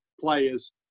players